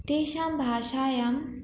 तेषां भाषायाम्